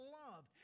love